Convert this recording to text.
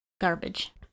Garbage